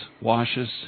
washes